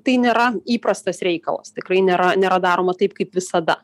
tai nėra įprastas reikalas tikrai nėra nėra daroma taip kaip visada